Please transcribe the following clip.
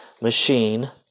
machine